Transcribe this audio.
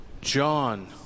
John